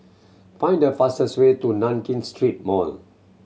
find the fastest way to Nankin Street Mall